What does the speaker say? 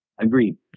agreed